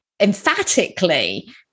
emphatically